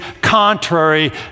contrary